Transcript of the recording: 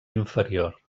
inferior